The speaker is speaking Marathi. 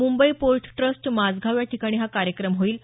मुंबई पोर्ट ट्रस्ट माझगाव याठिकाणी हा कार्यक्रम होईल